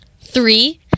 Three